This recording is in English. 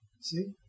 See